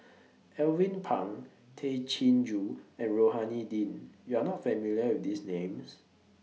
Alvin Pang Tay Chin Joo and Rohani Din YOU Are not familiar with These Names